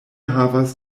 havas